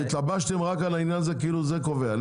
התלבשתם רק על העניין הזה כאילו זה קובע.